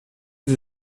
sie